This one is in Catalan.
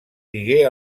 digué